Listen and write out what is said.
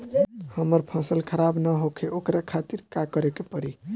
हमर फसल खराब न होखे ओकरा खातिर का करे के परी?